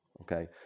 okay